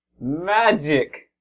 Magic